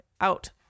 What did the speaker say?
out